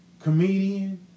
comedian